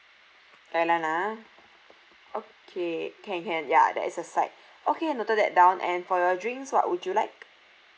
kai lan ah okay can can ya that is a side okay noted that down and for your drinks what would you like